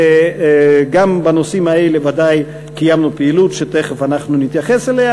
וגם בנושאים האלה ודאי קיימנו פעילות שתכף נתייחס אליה.